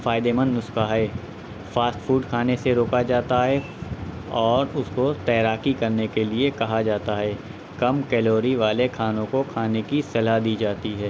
فائدہ مند نسخہ ہے فاسٹ فوڈ کھانے سے روکا جاتا ہے اور اس کو تیراکی کرنے کے لیے کہا جاتا ہے کم کیلوری والے کھانوں کو کھانے کی صلاح دی جاتی ہے